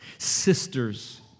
sisters